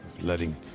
letting